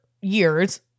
years